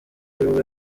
aribwo